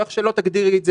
או איך שלא תגדירי את זה,